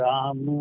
Ram